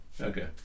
Okay